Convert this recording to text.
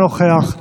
אינו נוכח,